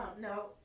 no